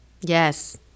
Yes